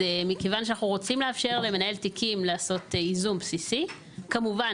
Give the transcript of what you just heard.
מכיוון שאנחנו רוצים לאפשר למנהל תיקים לעשות ייזום בסיסי כמובן,